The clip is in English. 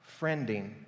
Friending